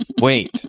wait